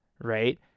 right